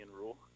rule